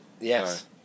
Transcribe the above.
Yes